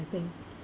I think